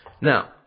Now